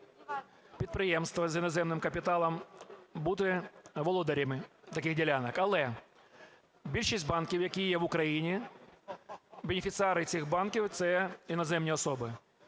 підприємства з іноземним капіталом бути володарями таких ділянок. Але більшість банків, які є в Україні, бенефіціари цих банків, це іноземні особи.